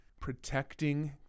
protecting